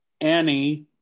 Annie